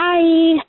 Bye